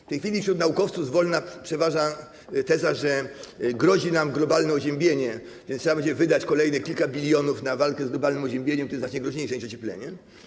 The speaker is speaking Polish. W tej chwili wśród naukowców z wolna przeważa teza, że grozi nam globalne oziębienie, więc trzeba będzie wydać kolejne kilka bilionów na walkę z globalnym oziębieniem, które jest znacznie groźniejsze niż ocieplenie.